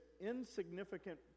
insignificant